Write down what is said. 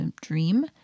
dream